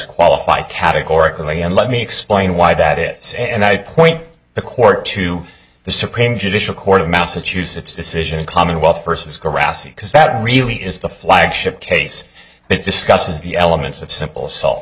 qualify categorically and let me explain why that is and i point the court to the supreme judicial court of massachusetts decision commonwealth versus grassi because that really is the flagship case that discusses the elements of simple salt